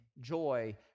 joy